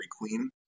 Queen